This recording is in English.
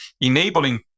enabling